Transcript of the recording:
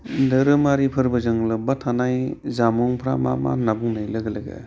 धोरोमारि फोरबोजों लोब्बा थानाय जामुंफ्रा मा मा होनना बुंनाय लोगो लोगो